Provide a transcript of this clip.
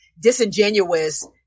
disingenuous